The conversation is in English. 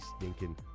stinking